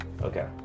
okay